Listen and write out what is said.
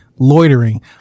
loitering